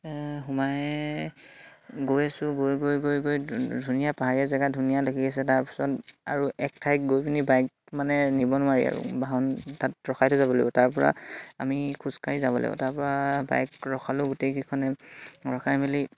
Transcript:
সোমাই গৈ আছোঁ গৈ গৈ গৈ গৈ ধুনীয়া পাহাৰীয়া জেগা ধুনীয়া দেখি আছে তাৰপিছত আৰু এক ঠাইত গৈ পিনি বাইক মানে নিব নোৱাৰি আৰু বাহন তাত ৰখাই থৈ যাব লাগিব তাৰপৰা আমি খোজকাঢ়ি যাব লাগিব তাৰপৰা বাইক ৰখালেও গোটেইকেইখনে ৰখাই মেলি